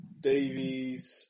Davies